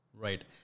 Right